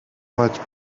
much